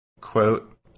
quote